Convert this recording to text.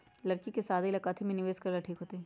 लड़की के शादी ला काथी में निवेस करेला ठीक होतई?